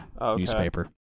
newspaper